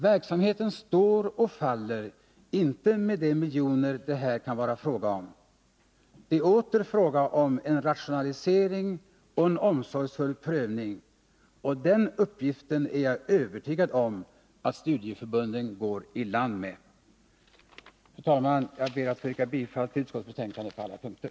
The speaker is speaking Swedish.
Verksamheten står och faller inte med de miljoner det här kan vara fråga om. Det är åter fråga om en rationalisering och en omsorgsfull prövning, och den uppgiften är jag övertygad om att studieförbunden går i land med. Fru talman! Jag ber att få yrka bifall till utskottets hemställan på alla punkter.